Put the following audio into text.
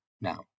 Now